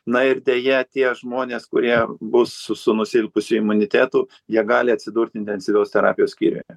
na ir deja tie žmonės kurie bus su nusilpusiu imunitetu jie gali atsidurt intensyvios terapijos skyriuje